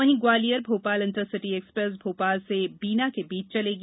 वहीं Gwalior Bhopal intercity express Bhopal से बीना के बीच चलेगी